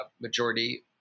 majority